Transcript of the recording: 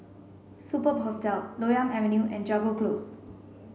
Superb Hostel Loyang Avenue and Jago Close